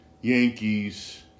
Yankees